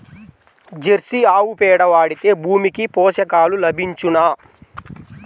Jersey ఆవు పేడ వాడితే భూమికి పోషకాలు లభించునా?